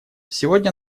сегодня